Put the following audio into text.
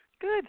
Good